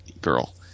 girl